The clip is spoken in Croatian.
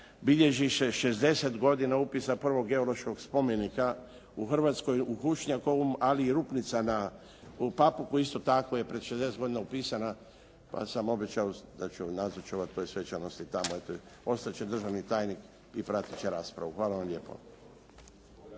bilježi se 60 godina upisa prvog geološkog spomenika u Hrvatskoj u Kušnjakovom i Rupnica u Papuku je isto tako prije 60 godina upisana pa sam obećao da ću nazočovati toj svečanosti tamo. Ostati će državni tajnik i pratiti će raspravu. Hvala vam lijepo.